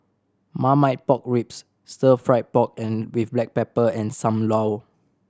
Marmite Pork Ribs stir fried pork and with black pepper and Sam Lau